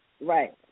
Right